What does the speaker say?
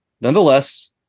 nonetheless